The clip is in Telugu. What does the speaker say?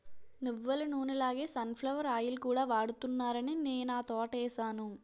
నువ్వులనూనె లాగే సన్ ఫ్లవర్ ఆయిల్ కూడా వాడుతున్నారాని నేనా తోటేసాను